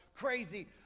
crazy